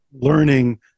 learning